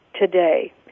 today